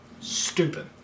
Stupid